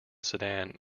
sedan